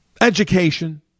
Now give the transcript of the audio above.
education